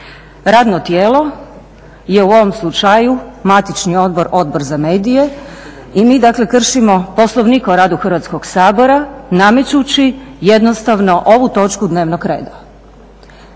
Radno tijelo je u ovom slučaju matični odbor, Odbor za medije i mi dakle kršimo Poslovnik o radu Hrvatskog sabora, namećući jednostavno ovu točku dnevnog reda.